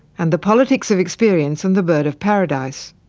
and the politics of experience and the bird of paradise.